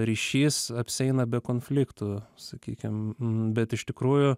ryšys apsieina be konfliktų sakykim bet iš tikrųjų